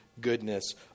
goodness